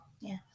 Yes